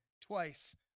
twice